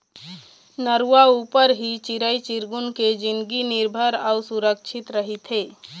नरूवा ऊपर ही चिरई चिरगुन के जिनगी निरभर अउ सुरक्छित रहिथे